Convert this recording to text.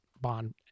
Bond